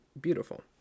beautiful